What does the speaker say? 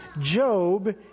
Job